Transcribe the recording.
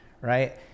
right